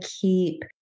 keep